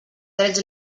drets